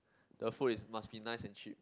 the food is must be nice and cheap